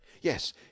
Yes